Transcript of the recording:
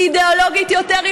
היא אידיאולוגית יותר,